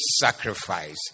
sacrifice